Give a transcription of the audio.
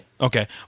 Okay